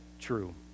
true